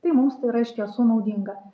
tai mums tai yra iš tiesų naudinga